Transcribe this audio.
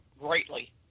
greatly